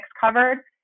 covered